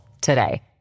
today